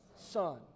Son